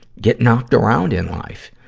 get knocked around in life.